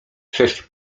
sześć